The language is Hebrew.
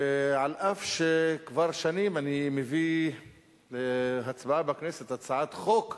אף שכבר שנים אני מביא להצבעה בכנסת הצעת חוק,